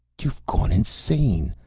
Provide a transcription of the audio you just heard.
you've gone insane!